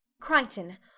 Crichton